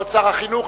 כבוד שר החינוך,